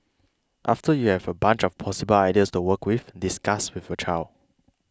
after you have a bunch of possible ideas to work with discuss with your child